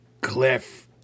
Cliff